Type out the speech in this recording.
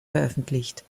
veröffentlicht